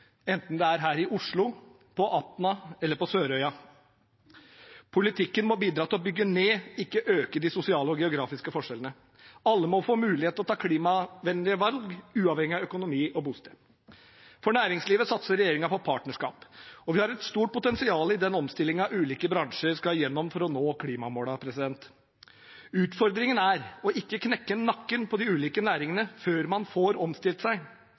enten det er her i Oslo, på Atna eller på Sørøya. Politikken må bidra til å bygge ned, ikke øke, de sosiale og geografiske forskjellene. Alle må få mulighet til å ta klimavennlige valg, uavhengig av økonomi og bosted. For næringslivet satser regjeringen på partnerskap. Vi har et stort potensial i den omstillingen ulike bransjer skal igjennom for å nå klimamålene. Utfordringen er å ikke knekke nakken på de ulike næringene før man får omstilt seg.